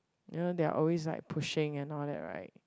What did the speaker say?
you know they are always like pushing and all that right